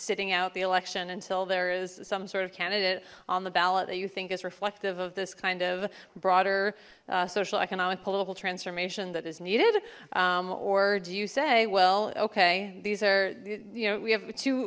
sitting out the election until there is some sort of candidate on the ballot that you think is reflective of this kind of broader social economic political transformation that is needed or do you say well okay these are you know we have